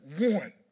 one